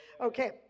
Okay